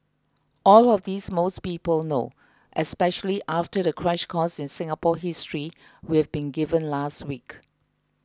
all of this most people know especially after the crash course in Singapore history we've been given last week